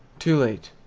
too late.